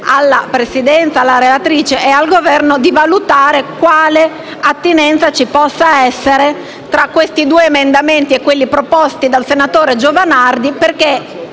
alla Presidenza, alla relatrice e al Governo di valutare quale attinenza possa esservi tra questi due emendamenti e quelli proposti dal senatore Giovanardi, perché